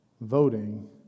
voting